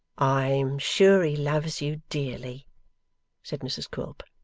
i am sure he loves you dearly said mrs quilp.